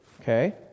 okay